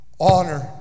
honor